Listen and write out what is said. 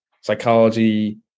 psychology